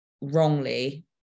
wrongly